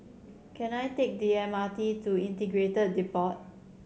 can I take the M R T to Integrated Depot